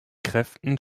kräften